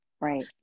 Right